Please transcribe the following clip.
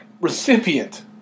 recipient